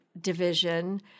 division